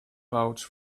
vouch